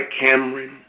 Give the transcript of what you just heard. Cameron